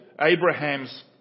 Abraham's